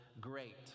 great